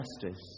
justice